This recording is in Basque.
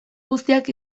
guztiak